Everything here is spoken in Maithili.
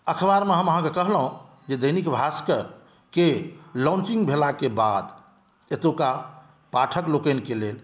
अखबारमे हम अहाँकेँ कहलहुँ जे दैनिक भाष्करके लौन्चिंग भेलाकेँ बाद एतुका पाठक लोकनिकेँ लेल